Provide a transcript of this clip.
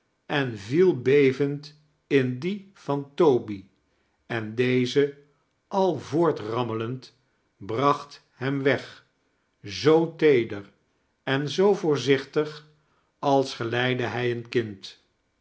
en viel bevend in die van toby en deze al voortrammelend bracht hem weg zoo teeder en zoo voorzichtig als geleidde hij een kind